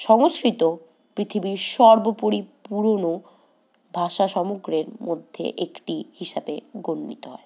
সংস্কৃত পৃথিবীর সর্বোপরি পুরোনো ভাষা সমগ্রের মধ্যে একটি হিসাবে গনিত হয়